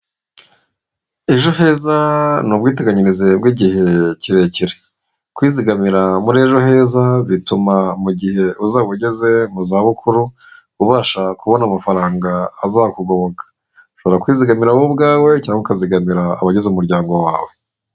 Ejo heza ni ubwiteganyirize bw'igihe kirekire, kwizigamira muri ejo heza bituma mu gihe uzaba ugeze mu zabukuru, ubasha kubona amafaranga azakugoboka, ushobora kwizigamira wowe ubwawe cyangwa ukazigamira abagize umuryango wawe.